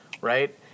right